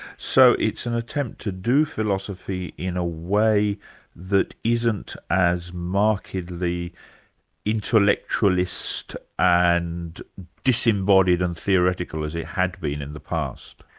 so it's an attempt to do philosophy in a way that isn't as markedly intellectualist and disembodied and theoretical as it had been in the past?